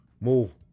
Move